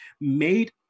made